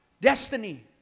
destiny